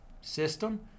system